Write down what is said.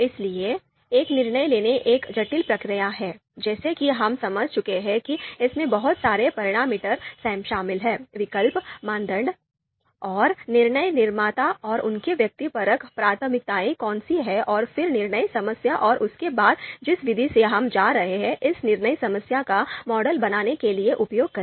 इसलिए एक निर्णय लेना एक जटिल प्रक्रिया है जैसा कि हम समझ चुके हैं कि इसमें बहुत सारे पैरामीटर शामिल हैं विकल्प मानदंड और निर्णय निर्माता और उनकी व्यक्तिपरक प्राथमिकताएँ कौन सी है और फिर निर्णय समस्या और उसके बाद जिस विधि से हम जा रहे हैं इस निर्णय समस्या का मॉडल बनाने के लिए उपयोग करें